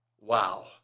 Wow